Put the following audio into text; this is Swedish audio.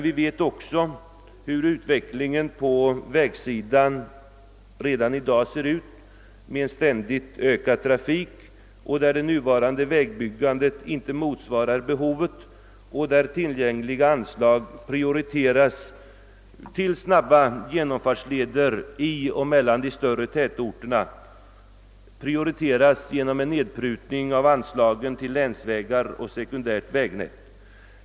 Vi har i dag en ständigt ökad trafik på vägarna och vi vet att det nuvarande vägbyggandet inte motsvarar behovet. Tillgängliga anslag prioriteras till snabba genomfartsleder i och mellan de större tätorterna, något som medför en nedprutning av anslagen till länsvägar och sekundärt vägnät.